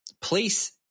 place